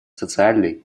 социальной